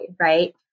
right